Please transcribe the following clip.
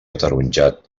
ataronjat